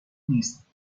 نیست